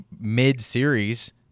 mid-series